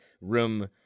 room